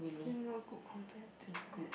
still not good compared to the rest